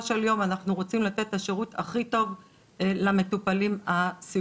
של יום אנחנו רוצים לתת את השירות הכי טוב למטופלים הסיעודיים.